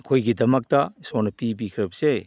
ꯑꯩꯈꯣꯏꯒꯤꯗꯃꯛꯇ ꯏꯁꯣꯔꯅ ꯄꯤꯕꯤꯈ꯭ꯔꯕꯁꯦ